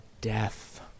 death